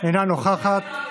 אינה נוכחת.